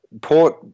Port